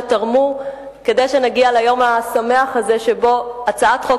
שתרמו כדי שנגיע ליום השמח הזה שבו הצעת חוק